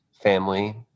family